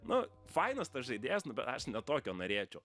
nu fainas tas žaidėjas nu bet aš ne tokio norėčiau